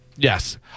Yes